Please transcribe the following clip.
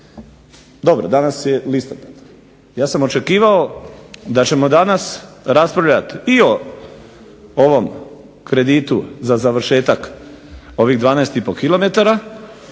Dobro, danas je listopad, ja sam očekivao da ćemo danas raspravljati i o ovom kreditu za završetak ovih 12,5 km,